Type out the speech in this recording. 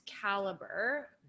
caliber